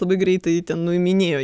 labai greitai ten nuiminėjo